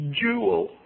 jewel